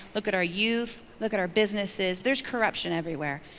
look at our youth, look at our businesses, there's corruption everywhere.